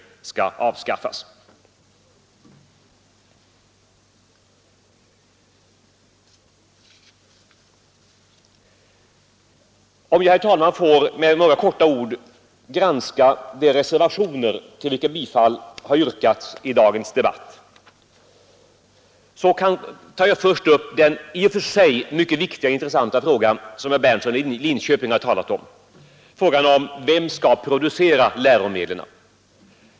Om jag, herr talman, får med några få ord granska de reservationer till vilka bifall har yrkats i dagens debatt, tar jag först upp den i och för sig mycket viktiga och intressanta fråga som herr Berndtson i Linköping har talat om, nämligen vem som skall producera läromedlen.